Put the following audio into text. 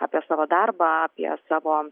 apie savo darbą apie savo